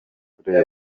kujya